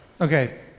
Okay